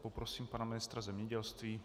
Poprosím pana ministra zemědělství.